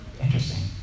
interesting